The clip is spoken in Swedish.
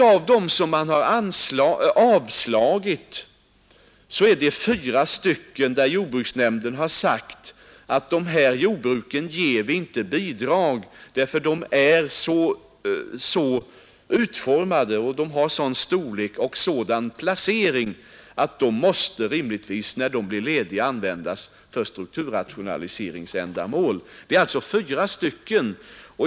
Av de ansökningar som avslagits har jordbruksnämnden i fyra fall sagt, att dessa jordbruk inte kan få bidrag därför att de har en sådan utformning, storlek och ett sädant läge att de rimligtvis när de blir lediga måste användas för strukturrationaliseringsändamål. Det gäller alltså fyra fall.